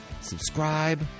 subscribe